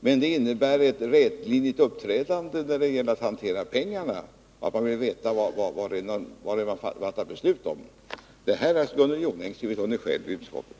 Men det innebär ett rätlinjigt uppträdande när det gäller att hantera pengarna, att man vill veta vad det är man fattar beslut om. Detta har alltså Gunnel Jonäng själv skrivit under i utskottet.